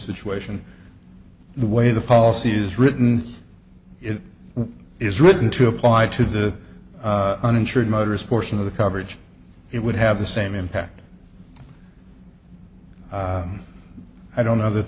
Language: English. situation the way the policy is written it is written to apply to the uninsured motorist portion of the coverage it would have the same impact i don't know that